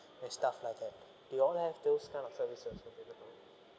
and stuff like that do you all have those kind of services available